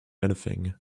anything